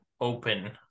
open